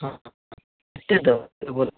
हाँ कतेक देबै बोलू